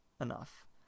enough